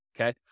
okay